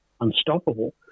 unstoppable